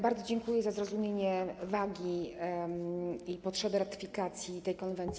Bardzo dziękuję za zrozumienie wagi i potrzeby ratyfikacji tej konwencji.